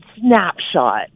snapshot